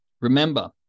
remember